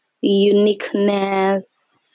uniqueness